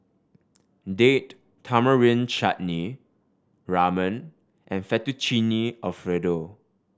Date Tamarind Chutney Ramen and Fettuccine Alfredo